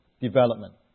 development